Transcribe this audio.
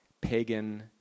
pagan